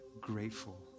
grateful